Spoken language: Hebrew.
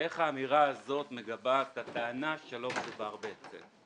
איך האמירה הזאת מגבה את הטענה שלא מדובר בהיטל.